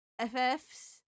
FFs